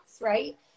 right